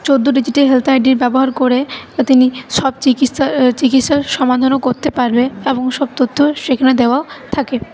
চোদ্দো ডিজিটের health I ডির ব্যবহার করে তিনি সব চিকিৎসা চিকিৎসার সমাধানও করতে পারবে এবং সব তথ্যও সেখানে দেওয়াও থাকে